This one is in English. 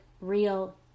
real